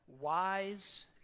wise